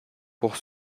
pour